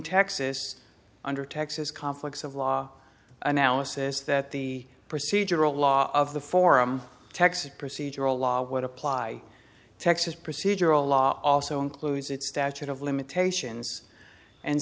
texas under texas conflicts of law analysis that the procedural law of the forum texas procedural law would apply texas procedural law also includes its statute of limitations and